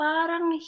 Parang